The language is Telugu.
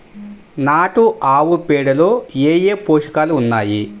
నాటు ఆవుపేడలో ఏ ఏ పోషకాలు ఉన్నాయి?